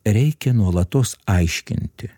reikia nuolatos aiškinti